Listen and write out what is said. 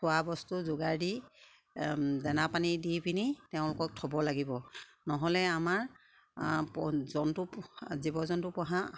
খোৱা বস্তুৰ যোগাৰ দি দেনা পানী দি পিনি তেওঁলোকক থ'ব লাগিব নহ'লে আমাৰ জন্তু জীৱ জন্তু পোহা